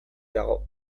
dago